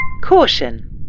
Caution